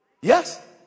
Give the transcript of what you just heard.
Yes